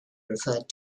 referred